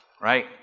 right